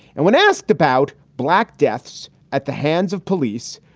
and when asked about black deaths at the hands of police,